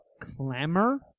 Clamor